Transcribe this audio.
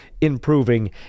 improving